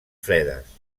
fredes